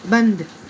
बंदि